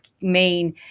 main